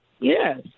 Yes